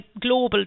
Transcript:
global